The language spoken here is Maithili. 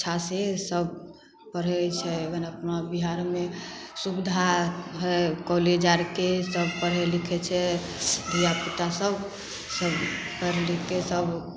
अच्छासे सभ पढ़ै छै अपना अपना बिहारमे सुविधा हइ हइ कॉलेज आरके सब पढ़ै लिखै छै धिआपुतासभ सभ पढ़ि लिखिके सभ